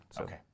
Okay